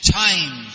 time